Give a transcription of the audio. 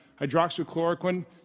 Hydroxychloroquine